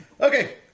Okay